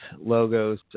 logos